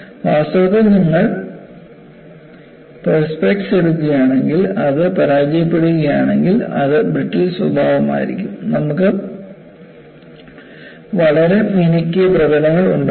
വാസ്തവത്തിൽ നിങ്ങൾ പെർസ്പെക്സ് എടുക്കുകയാണെങ്കിൽ അത് പരാജയപ്പെടുകയാണെങ്കിൽ അത് ബ്രിട്ടിൽ സ്വഭാവമായിരിക്കും നമുക്ക് വളരെ മിനുക്കിയ പ്രതലങ്ങൾ ഉണ്ടാകും